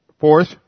Fourth